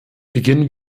beginnen